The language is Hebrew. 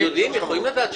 יודעים, יכולים לדעת.